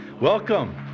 Welcome